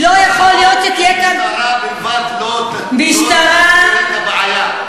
משטרה בלבד לא תפתור את הבעיה.